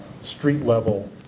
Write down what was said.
street-level